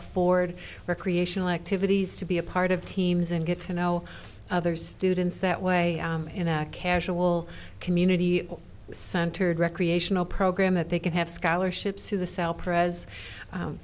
afford recreational activities to be a part of teams and get to know other students that way in a casual community centered recreational program that they can have scholarships through the